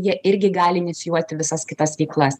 jie irgi gali inicijuoti visas kitas veiklas